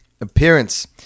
appearance